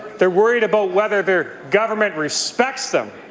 they're worried about whether their government respects them.